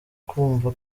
kumva